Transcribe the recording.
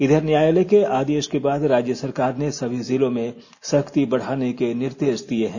इधर न्यायालय के आदेश के बाद राज्य सरकार ने सभी जिलों में सख्ती बढ़ाने के निर्देश दिये हैं